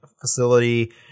facility